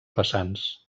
vessants